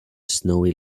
snowy